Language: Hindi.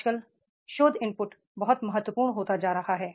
आजकल शोध इनपुट बहुत महत्वपूर्ण होता जा रहा है